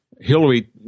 Hillary